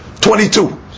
twenty-two